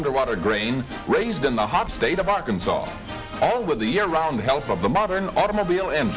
under water grain raised in the hot state of arkansas all with the year round help of the modern automobile and